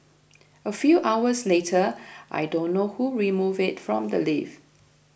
a few hours later I don't know who removed it from the lift